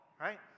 right